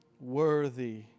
Worthy